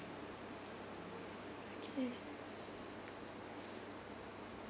okay